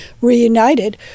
reunited